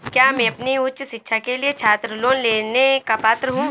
क्या मैं अपनी उच्च शिक्षा के लिए छात्र लोन लेने का पात्र हूँ?